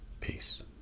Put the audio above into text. Peace